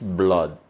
blood